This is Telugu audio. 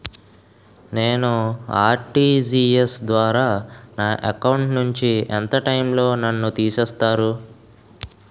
నేను ఆ.ర్టి.జి.ఎస్ ద్వారా నా అకౌంట్ నుంచి ఎంత టైం లో నన్ను తిసేస్తారు?